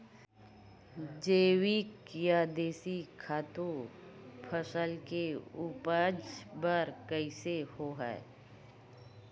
जैविक या देशी खातु फसल के उपज बर कइसे होहय?